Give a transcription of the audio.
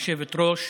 מכובדתי היושבת-ראש,